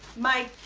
my